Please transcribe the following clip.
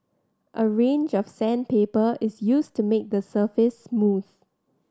a range of sandpaper is used to make the surface smooth